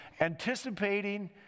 Anticipating